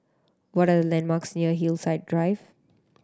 what are the landmarks near Hillside Drive